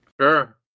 Sure